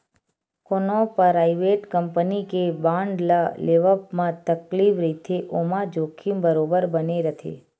कोनो private company के bond ल लेवब म तकलीफ रहिथे ओमा जोखिम बरोबर बने रथे